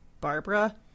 barbara